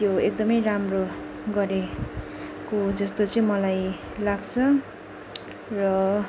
त्यो एकदमै राम्रो गरेको जस्तो चाहिँ मलाई लाग्छ र